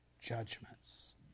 judgments